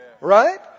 right